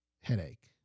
headache